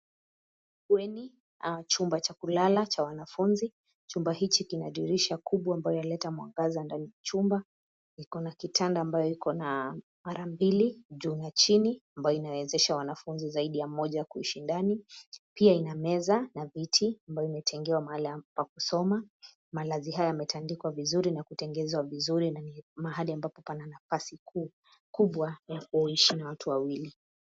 Bweni ya chumba cha kulala cha wanafunzi. Chumba hiki kina dirisha kubwa ambayo yaleta mwangaza ndani ya chumba. Ikona kitanda ambayo ikona mara mbili juu na chini ambayo inawezesha wanafunzi zaidi ya mmoja kuishi ndani. Pia ina meza na viti ambayo imetengewa mahali pa kusoma. Malazi haya yametandikwa vizuri na kutengenezwa vizuri na mahali ambapo pana nafasi kubwa ya kuishi na watu wawili.